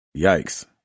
Yikes